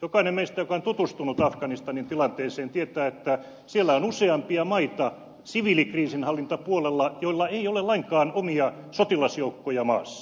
jokainen meistä joka on tutustunut afganistanin tilanteeseen tietää että siellä on useampia maita siviilikriisinhallintapuolella joilla ei ole lainkaan omia sotilasjoukkoja maassa